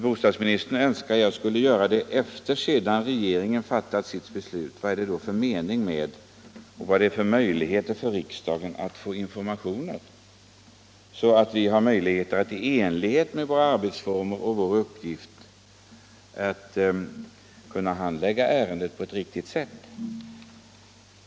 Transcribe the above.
Bostadsministern önskar tydligen att jag skulle ha ställt min interpellation efter det att regeringen fattat sitt beslut. Vad är det för mening med informationer då? Riksdagen behöver informationer innan beslutet fattas, så att vi i enlighet med våra arbetsformer och vår uppgift kan påverka handläggningen av ärendet på ett riktigt sätt.